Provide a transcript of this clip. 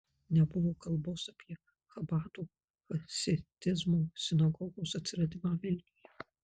nebuvo kalbos apie chabado chasidizmo sinagogos atsiradimą vilniuje